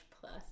Plus